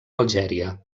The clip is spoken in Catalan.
algèria